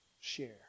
Share